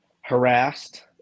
harassed